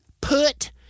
put